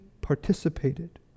participated